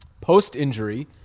Post-injury